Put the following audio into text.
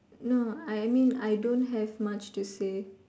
no I mean I don't have much to say